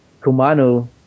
Kumano